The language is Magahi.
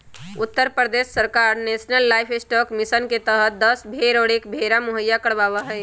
उत्तर प्रदेश सरकार नेशलन लाइफस्टॉक मिशन के तहद दस भेंड़ और एक भेंड़ा मुहैया करवावा हई